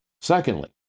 Secondly